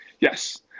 yes